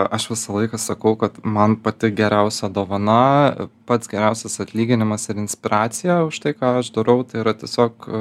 aš visą laiką sakau kad man pati geriausia dovana pats geriausias atlyginimas ir inspiracija už tai ką aš darau tai yra tiesiog